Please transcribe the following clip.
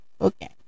Okay